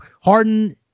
Harden